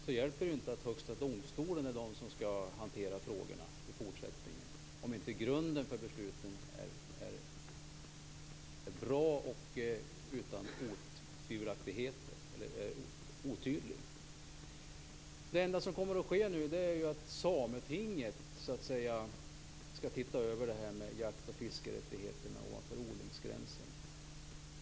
Det hjälper ju inte att Högsta domstolen är den som skall hantera frågorna i fortsättningen, om grunden för besluten inte är bra utan otydlig. Det enda som kommer att ske nu är att Sametinget skall se över detta med jakt och fiskerättigheterna ovanför odlingsgränsen.